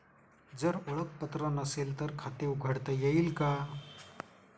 जर ओळखपत्र नसेल तर खाते उघडता येईल का?